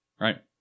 Right